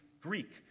greek